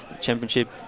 championship